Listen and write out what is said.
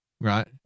right